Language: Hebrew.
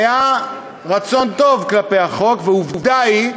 היה רצון טוב כלפי חוק, ועובדה היא,